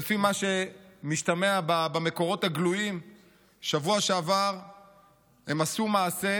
לפי מה שמשתמע במקורות הגלויים בשבוע שעבר הם עשו מעשה